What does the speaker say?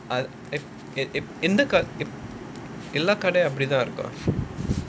ah if எல்லா கடையும் அப்டி தான் இருக்கும்:ellaa kadaiyum apdi thaan irukum